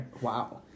Wow